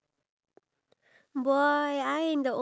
um hello one more day